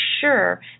sure